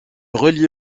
relié